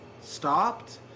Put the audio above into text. stopped